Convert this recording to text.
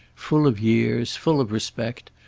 full of years, full of respect,